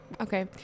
Okay